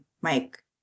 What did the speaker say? Mike